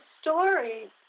story